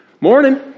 Morning